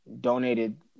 donated